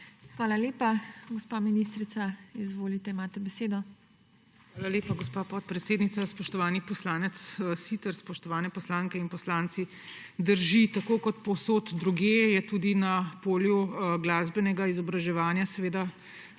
Hvala lepa. Gospa ministrica, izvolite, imate besedo. **DR. SIMONA KUSTEC:** Hvala lepa, gospa podpredsednica. Spoštovani poslanec Siter, spoštovani poslanke in poslanci! Drži; tako kot povsod drugje je tudi na polju glasbenega izobraževanja tale